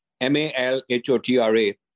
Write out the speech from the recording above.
m-a-l-h-o-t-r-a